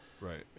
Right